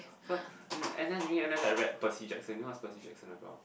cause N_S during N_S I read Percy-Jackson you know what's Percy-Jackson about